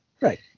Right